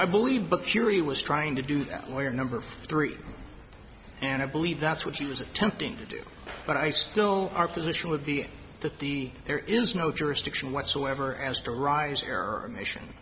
i believe but fury was trying to do that lawyer number three and i believe that's what she was attempting to do but i still our position would be that the there is no jurisdiction whatsoever as to arise error mission